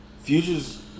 Futures